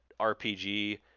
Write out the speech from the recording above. RPG